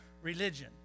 religion